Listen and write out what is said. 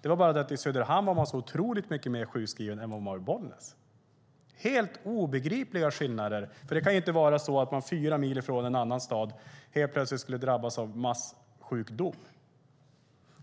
Det är bara det att i Söderhamn var man så otroligt mycket mer sjukskriven än man var i Bollnäs. Det var helt obegripliga skillnader, för det kan ju inte vara så att man fyra mil från en annan stad helt plötsligt skulle drabbas av massjukdom.